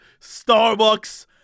Starbucks